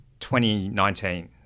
2019